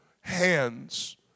hands